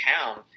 town